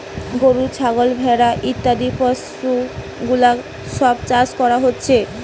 গরু, ছাগল, ভেড়া ইত্যাদি পশুগুলার সব চাষ করা হতিছে